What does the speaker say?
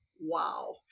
wow